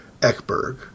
Eckberg